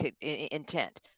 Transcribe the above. intent